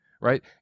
right